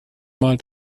mal